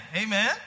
Amen